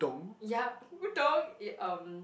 ya udon eh um